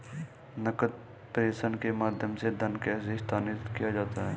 नकद प्रेषण के माध्यम से धन कैसे स्थानांतरित किया जाता है?